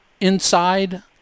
inside